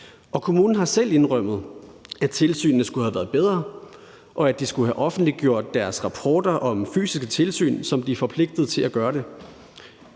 kommunen har selv indrømmet, at tilsynene skulle have været bedre, og at de skulle have offentliggjort deres rapporter om fysiske tilsyn, som de er forpligtede til at gøre det.